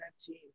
team